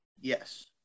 Yes